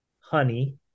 honey